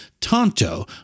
Tonto